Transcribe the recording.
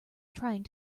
trying